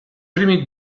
primi